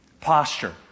posture